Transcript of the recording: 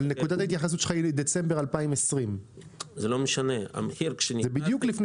נקודת ההתייחסות שלך היא לדצמבר 2020. זה בדיוק לפני